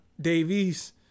Davies